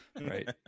Right